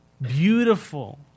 beautiful